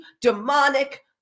demonic